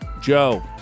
joe